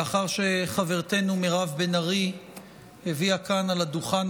לאחר שחברתנו מירב בן ארי הביאה כאן על הדוכן